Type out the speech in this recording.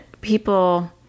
people